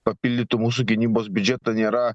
papildytų mūsų gynybos biudžetą nėra